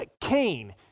Cain